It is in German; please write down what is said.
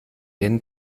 den